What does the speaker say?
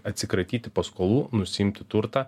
atsikratyti paskolų nusiimti turtą